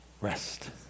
rest